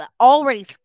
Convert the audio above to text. already